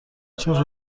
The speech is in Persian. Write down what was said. چون